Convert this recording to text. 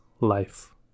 life